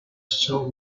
shown